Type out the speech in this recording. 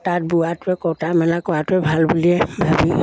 তাত বোৱাটোৱে কটা মেলা কৰাটোৱে ভাল বুলিয়ে ভাবি